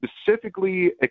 specifically